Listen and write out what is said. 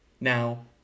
Now